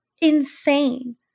insane